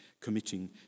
committing